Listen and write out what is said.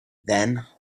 then